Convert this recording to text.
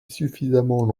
suffisamment